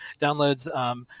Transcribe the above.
downloads